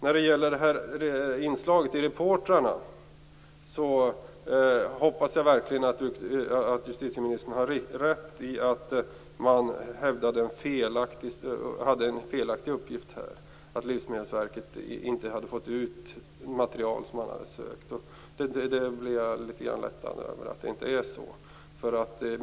När det gäller inslaget i Reportrarna hoppas jag verkligen att justitieministern har rätt i att det var en felaktig uppgift att Livsmedelsverket inte hade fått ut material som man hade sökt. I det fallet blev jag lättad över att det inte är så.